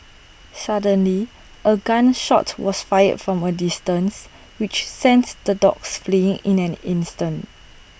suddenly A gun shot was fired from A distance which sents the dogs fleeing in an instant